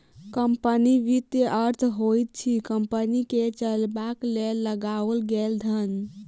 company वित्तक अर्थ होइत अछि कम्पनी के चलयबाक लेल लगाओल गेल धन